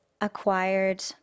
acquired